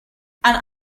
and